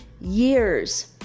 years